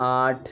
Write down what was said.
آٹھ